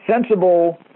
sensible